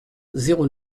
zéro